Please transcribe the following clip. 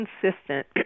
consistent